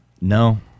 No